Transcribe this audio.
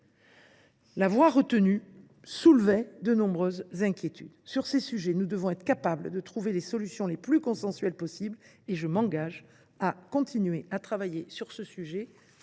la voie retenue soulevait de nombreuses inquiétudes. Sur ces sujets, nous devons être capables de trouver les solutions les plus consensuelles possible, et je m’engage à continuer d’y œuvrer avec vous.